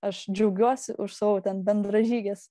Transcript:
aš džiaugiuosi už savo ten bendražyges